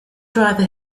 driver